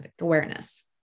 awareness